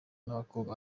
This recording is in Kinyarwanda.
n’abakobwa